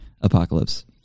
Apocalypse